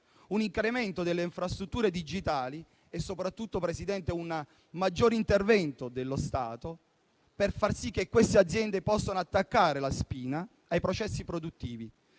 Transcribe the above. un incremento delle infrastrutture digitali e soprattutto un maggiore intervento dello Stato per far sì che queste aziende possano attaccare la spina ai processi produttivi